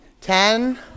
Ten